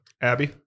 Abby